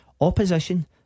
Opposition